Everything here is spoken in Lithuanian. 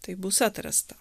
tai bus atrasta